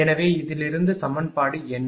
எனவே இதிலிருந்து சமன்பாடு 80